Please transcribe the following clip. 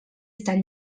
estat